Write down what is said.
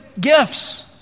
gifts